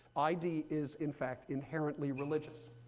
id is, in fact, inherently religious.